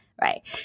Right